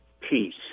peace